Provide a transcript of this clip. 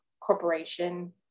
corporation